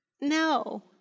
No